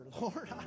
Lord